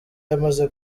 yamaze